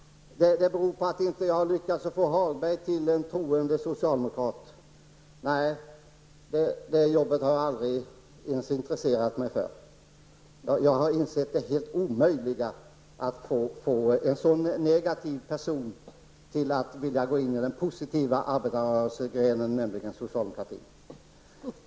Det beror på att jag inte lyckats få Lars Ove Hagberg till en troende socialdemokrat. Nej, det jobbet har jag aldrig ens intresserat mig för, för jag har insett det helt omöjligt att få en så negativ person till att vilja gå in i den positiva arbetarrörelsegrenen, nämligen socialdemokratin.